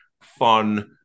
fun